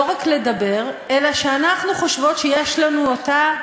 לא רק לדבר, אלא שאנחנו חושבות שיש לנו אותה,